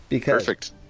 Perfect